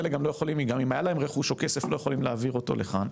חלק גם אם היה להם רכוש או כסף הם לא יכולים להעביר אותו לכאן.